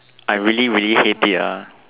I really really hate it ah